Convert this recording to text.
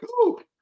cool